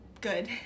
...good